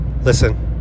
listen